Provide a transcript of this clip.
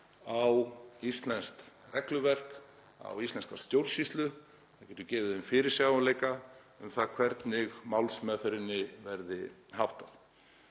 á íslenskt regluverk, á íslenska stjórnsýslu, það getur gefið þeim fyrirsjáanleika um það hvernig málsmeðferðinni verði háttað.